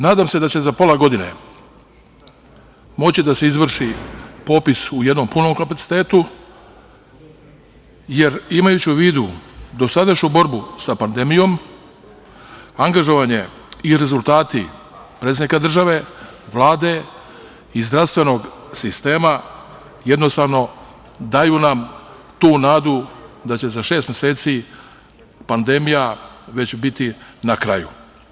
Nadam se da će za pola godine moći da se izvrši popis u jednom punom kapacitetu, jer imajući u vidu dosadašnju borbu sa pandemijom, angažovanje i rezultati predsednika države, Vlade i zdravstvenog sistema, jednostavno daju nam tu nadu da će za šest meseci pandemija već biti na kraju.